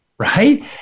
right